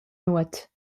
nuot